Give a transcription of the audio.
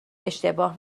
اشتباه